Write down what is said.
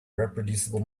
reproducible